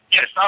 Yes